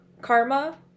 Karma